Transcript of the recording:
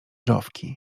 rowki